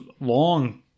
long